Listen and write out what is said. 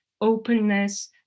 openness